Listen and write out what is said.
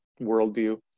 worldview